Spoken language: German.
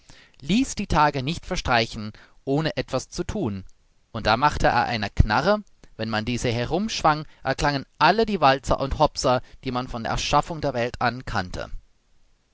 ließ die tage nicht verstreichen ohne etwas zu thun und da machte er eine knarre wenn man diese herumschwang erklangen alle die walzer und hopser die man von erschaffung der welt an kannte